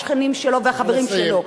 השכנים שלו והחברים שלו.